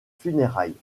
funérailles